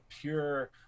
pure